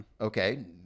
okay